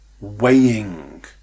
Weighing